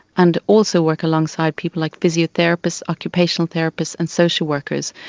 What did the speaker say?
and also work alongside people like physiotherapists, occupational therapists and social workers.